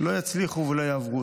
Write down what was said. לא יצליחו ולא יעברו.